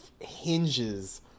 hinges